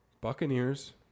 Buccaneers